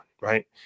Right